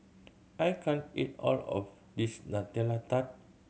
I can't eat all of this Nutella Tart